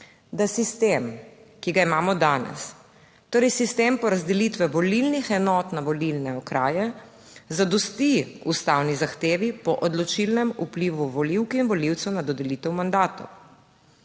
da sistem, ki ga imamo danes, torej sistem porazdelitve volilnih enot na volilne okraje, zadosti ustavni zahtevi po odločilnem vplivu volivk in volivcev na dodelitev mandatov.